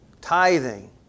tithing